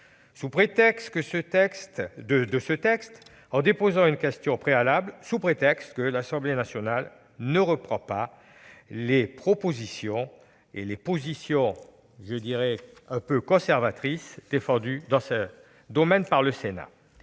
tendant à opposer la question préalable, sous prétexte que l'Assemblée nationale ne reprend pas les propositions et les positions que je qualifierai de conservatrices défendues dans ce domaine par le Sénat.